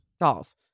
Dolls